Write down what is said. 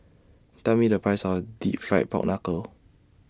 Tell Me The Price of Deep Fried Pork Knuckle